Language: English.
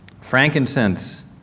Frankincense